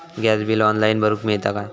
Gas bill online भरुक मिळता काय?